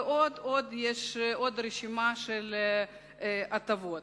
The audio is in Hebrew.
ויש עוד רשימה של הטבות.